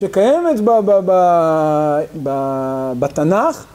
שקיימת בתנ״ך.